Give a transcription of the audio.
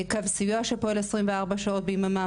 קו סיוע שפועל 24 שעות ביממה,